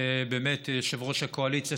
יושב-ראש הקואליציה,